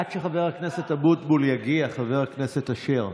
עד שחבר הכנסת אבוטבול יגיע, חבר הכנסת אשר,